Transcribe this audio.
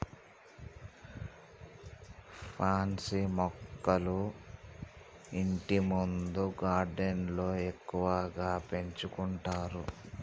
pansy మొక్కలు ఇంటిముందు గార్డెన్లో ఎక్కువగా పెంచుకుంటారు